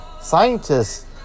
Scientists